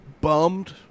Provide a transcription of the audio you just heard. bummed